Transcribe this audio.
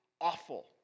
awful